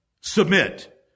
Submit